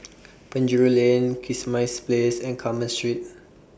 Penjuru Lane Kismis Place and Carmen Street